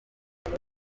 niyo